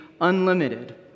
unlimited